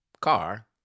car